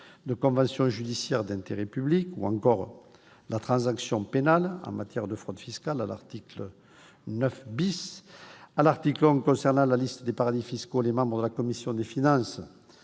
la convention judiciaire d'intérêt public- ou encore transaction pénale - en matière de fraude fiscale, à l'article 9. À l'article 11 concernant la liste des paradis fiscaux, les membres de la commission des finances